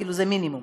כאילו, זה המינימום